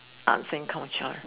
arts and culture